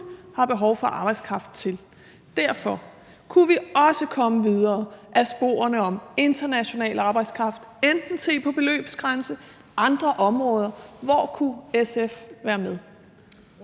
har behov for arbejdskraft til. Derfor: Kunne vi også komme videre ad sporene om international arbejdskraft, enten ved at se på beløbsgrænse eller på andre områder? Hvor kunne SF være med?